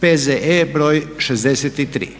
P.Z.E. br. 63